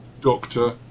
doctor